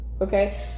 okay